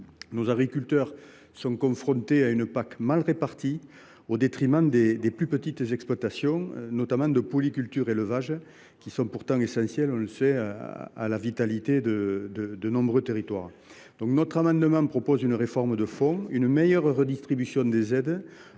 Nos agriculteurs font face à une PAC mal répartie, au détriment des plus petites exploitations, notamment de polyculture et d’élevage, qui sont pourtant essentielles à la vitalité de nombreux territoires. cet amendement, nous proposons une réforme de fond : une meilleure redistribution des aides,